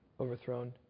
overthrown